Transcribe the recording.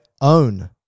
own